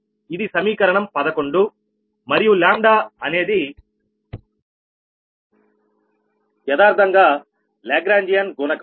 ఇది సమీకరణం 11 మరియు అనేది యదార్ధంగా లాగ్రాంజియన్ గుణకం